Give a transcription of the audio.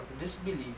disbelief